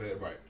Right